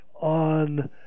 on